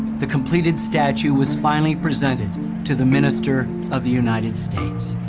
the completed statue was finally presented to the minister of the united states.